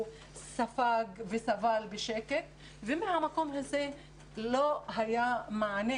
ספג וסבל בשקט ומהמקום הזה לא היה מענה.